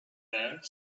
there